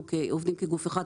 אנחנו עובדים כגוף אחד.